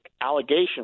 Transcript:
allegation